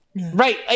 Right